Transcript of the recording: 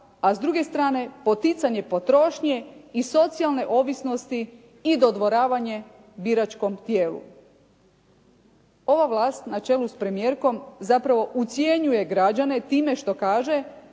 a s druge strane poticanje i potrošnje i socijalne ovisnosti i dodvoravanje biračkom tijelu. Ova vlast na čelu s premijerkom zapravo ucjenjuje građane time što kaže